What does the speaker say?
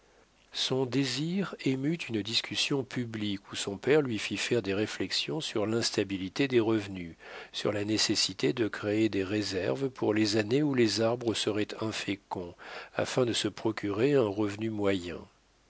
son désir émut une discussion publique où son père lui fit faire des réflexions sur l'instabilité des revenus sur la nécessité de créer des réserves pour les années où les arbres seraient inféconds afin de se procurer un revenu